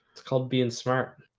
it's called being smart.